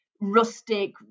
rustic